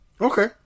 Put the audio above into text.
Okay